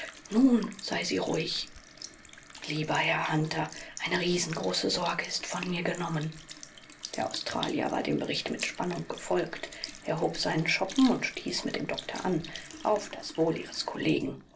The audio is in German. nun sei sie ruhig lieber herr hunter eine riesengroße sorge ist von mir genommen der australier war dem bericht mit spannung gefolgt er hob seinen schoppen und stieß mit dem doktor an auf das wohl ihres kollegen